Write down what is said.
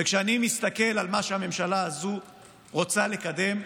וכשאני מסתכל על מה שהממשלה הזו רוצה לקדם,